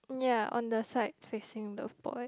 ya on the side facing the boy